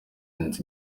inzu